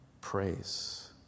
praise